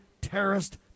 terrorist